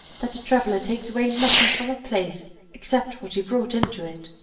that a traveller takes away nothing from a place except what he brought into it.